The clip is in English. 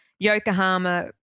Yokohama